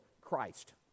Christ